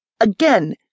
Again